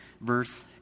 verse